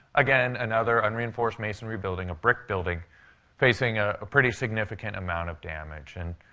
again, another unreinforced masonry building a brick building facing ah a pretty significant amount of damage. and,